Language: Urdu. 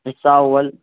حصہ اول